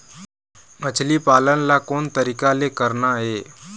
मछली पालन ला कोन तरीका ले करना ये?